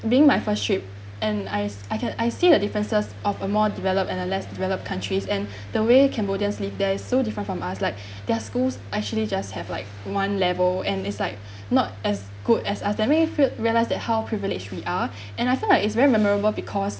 being my first trip and I I can I see the differences of a more developed and a less developed countries and the way cambodians live there's so different from us like their schools actually just have like one level and it's like not as good as us let me feel realize that how privileged we are and I feel like it's very memorable because